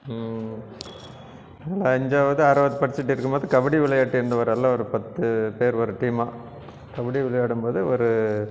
அஞ்சாவது ஆறாவது படிச்சுட்டிருக்கும்போது கபடி விளையாட்டிருந்த ஒரு அல்ல ஒரு பத்து பேர் ஒரு டீமாக கபடி விளையாடும்போது ஒரு